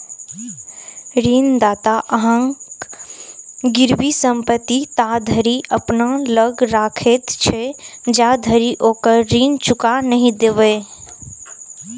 ऋणदाता अहांक गिरवी संपत्ति ताधरि अपना लग राखैत छै, जाधरि ओकर ऋण चुका नहि देबै